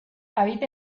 habita